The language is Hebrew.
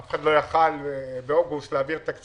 אף אחד לא יכול היה להעביר תקציב